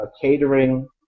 catering